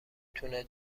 تونه